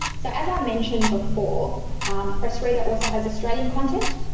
so as i mentioned before press reader also has australian content,